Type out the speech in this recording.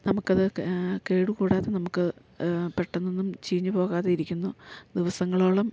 നമുക്കത് കേടുകൂടാതെ നമുക്ക് പെട്ടന്നൊന്നും ചീഞ്ഞു പോകാതെ ഇരിക്കുന്നു ദിവസങ്ങളോളം